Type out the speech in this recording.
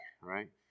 right